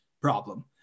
problem